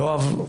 יואב,